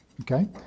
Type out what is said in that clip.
Okay